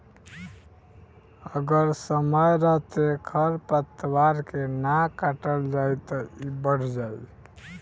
अगर समय रहते खर पातवार के ना काटल जाइ त इ बढ़ जाइ